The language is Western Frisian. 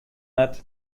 net